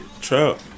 Trap